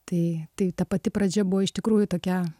tai tai ta pati pradžia buvo iš tikrųjų tokia